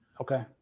okay